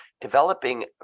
developing